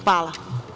Hvala.